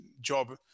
job